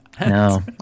No